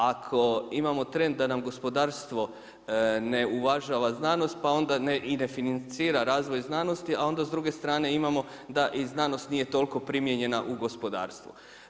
Ako imamo trend da nam gospodarstvo ne uvažava znanost pa onda i ne definira razvoj znanosti pa onda s druge strane imamo da i znanost nije toliko primijenjena u gospodarstvu.